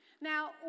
Now